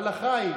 הלכה היא: